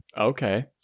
Okay